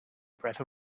breath